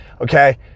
okay